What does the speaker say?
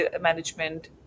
management